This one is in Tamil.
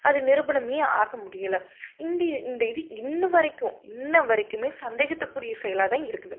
அது நிரூபணமே ஆக முடியலை இந்தி இந்த இது இன்னும் வரைக்கும் இன்ன வரைக்குமே சந்தேகத்துக்குரிய செயலாக தான் இருக்குது